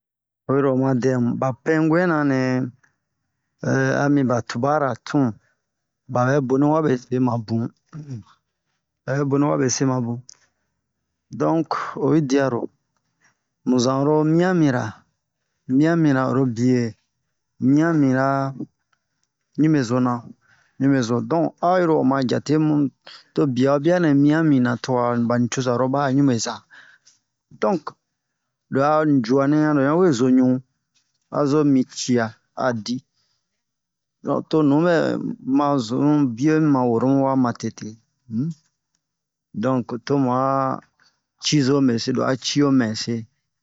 o yiro ma dem ba pɛnŋuwɛ na nɛmi ba tubaro tun babɛ boni wabe se ma bun babɛ boni wabe se ma bun dɔc oyi diaro muzanro mia mira odo biye mia mira ŋimezo na ŋimezo dɔ airo ro ma diate mu to bia o bia nɛ mia mina to ba nucoza ro baha ŋimeza dɔc loha bia nɛ loya we zo ŋu azo mi cia a di dɔ to nu bɛ mazonu bio maworo mawa matete un dɔc to mu'aa cizo mɛse loha cio mɛse